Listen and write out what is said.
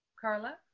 Carla